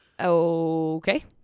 okay